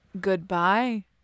Goodbye